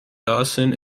dawson